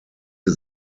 sie